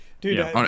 dude